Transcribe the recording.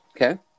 okay